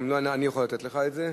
אם לא, אני יכול לתת לך את זה.